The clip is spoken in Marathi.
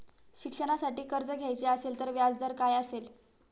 शिक्षणासाठी कर्ज घ्यायचे असेल तर व्याजदर काय असेल?